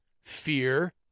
fear